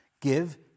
give